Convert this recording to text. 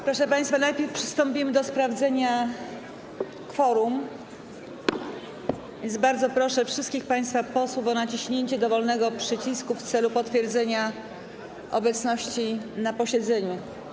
Proszę państwa, najpierw przystąpimy do sprawdzenia kworum, więc bardzo proszę wszystkich państwa posłów o naciśniecie dowolnego przycisku w celu potwierdzenia obecności na posiedzeniu.